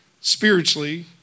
spiritually